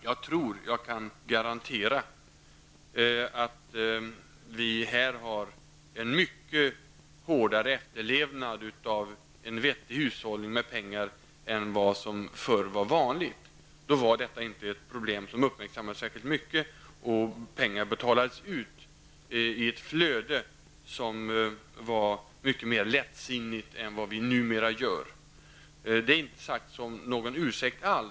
Jag tror jag kan garantera att vi här har en mycket hårdare efterlevnad av krav på vettig hushållning med pengar än vad som förr var vanligt. Då var detta prolblem inte särskilt uppmärksammat. Pengar betalades ut i ett flöde som var mycket mer lättsinnigt än det är numera. Det jag sagt är inte någon ursäkt.